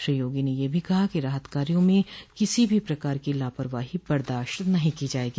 श्री योगी ने यह भी कहा कि राहत कार्यो में किसी भी प्रकार की लापवाही बर्दाश्त नहीं की जायेगी